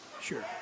sure